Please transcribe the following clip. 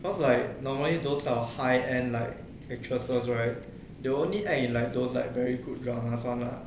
cause like normally those of high end like actresses right they only act in like those like very good drama [one] lah